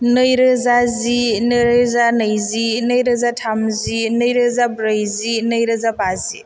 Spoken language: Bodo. नै रोजा जि नै रोजा नैजि नै रोजा थामजि नै रोजा ब्रैजि नै रोजा बाजि